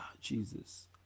Jesus